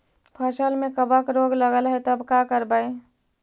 फसल में कबक रोग लगल है तब का करबै